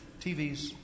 TVs